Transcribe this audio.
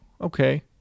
okay